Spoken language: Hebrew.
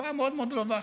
תופעה מאוד מאוד רווחת.